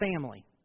family